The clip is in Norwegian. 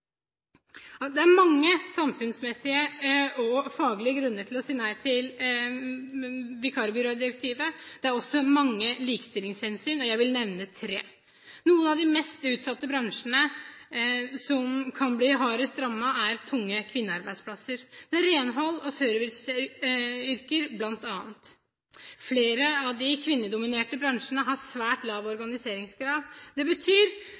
Det er mange samfunnsmessige og faglige grunner til å si nei til vikarbyrådirektivet. Det er også mange likestillingshensyn, og jeg vil nevne tre. Noen av de mest utsatte bransjene som kan bli hardest rammet, er tunge kvinnearbeidsplasser. Det er bl.a. renholds- og serviceyrker. Flere av de kvinnedominerte bransjene har svært lav organiseringsgrad. Det betyr